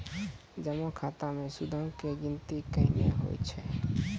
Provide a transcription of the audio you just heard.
जमा खाता मे सूदो के गिनती केना होय छै?